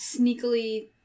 sneakily